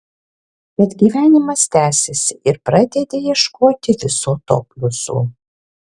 bet gyvenimas tęsiasi ir pradedi ieškoti viso to pliusų